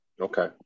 Okay